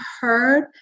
heard